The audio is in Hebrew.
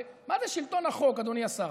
מה זה שלטון החוק, אדוני השר?